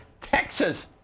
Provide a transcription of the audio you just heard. Texas